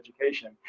education